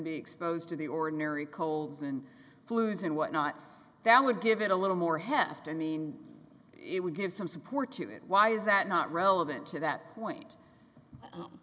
be exposed to the ordinary colds and flus and whatnot that would give it a little more heft i mean it would give some support to it why is that not relevant to that point